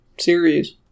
series